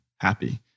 happy